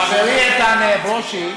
חברי איתן ברושי,